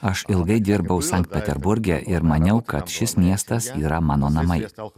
aš ilgai dirbau sankt peterburge ir maniau kad šis miestas yra mano namai